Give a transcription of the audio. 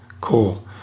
cool